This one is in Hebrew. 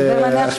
סביר להניח.